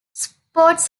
sports